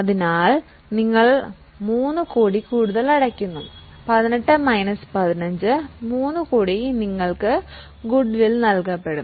അതിനാൽ നിങ്ങൾ 3 കോടി കൂടുതൽ അടയ്ക്കുന്നു 18 മൈനസ് 15 നിങ്ങൾക്ക് നൽകിയ 3 കോടി ഗുഡ്വിൽ ആയി കണക്കാക്കും